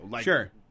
Sure